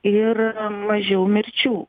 ir mažiau mirčių